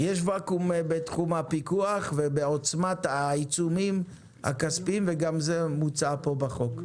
יש ואקום בתחום הפיקוח ובעוצמת העיצומים הכספיים וגם זה מוצע פה בחוק.